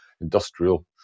industrial